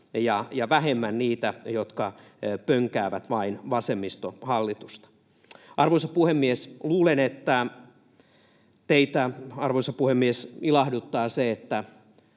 ja vähemmän niitä, jotka pönkäävät vain vasemmistohallitusta. Arvoisa puhemies! Luulen, että teitä, arvoisa puhemies,